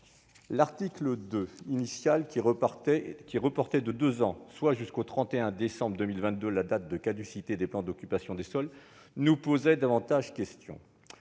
L'article 2 initial, qui reportait de deux ans, soit jusqu'au 31 décembre 2022, la date de caducité des POS nous posait davantage question